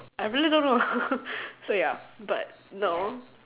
I really don't know so ya but no